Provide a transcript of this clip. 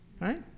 Right